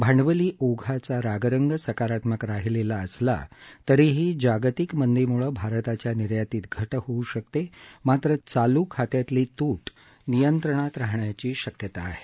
भांडवली ओघाचा रागरंग सकारात्मक राहिला असला तरीही जागतिक मंदीमुळे भारताच्या निर्यातीत घट होऊ शकते मात्र चालू खात्यातली तूट नियंत्रणात राहण्याची शक्यता आहे